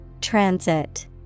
transit